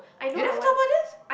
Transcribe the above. you never talk about this